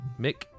Mick